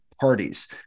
parties